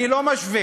אני לא משווה.